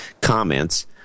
comments